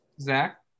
Zach